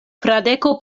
fradeko